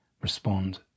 respond